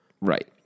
Right